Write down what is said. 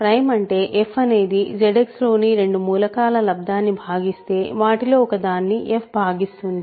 prime అంటే f అనేది ZX లోని రెండు మూలకాల లబ్దము ను భాగిస్తే వాటిలో ఒకదాన్ని f భాగిస్తుంది